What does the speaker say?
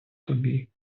тобі